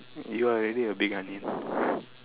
you are already a big onion